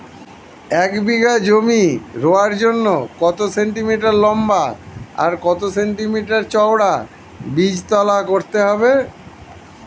এক বিঘা জমি রোয়ার জন্য কত সেন্টিমিটার লম্বা আর কত সেন্টিমিটার চওড়া বীজতলা করতে হবে?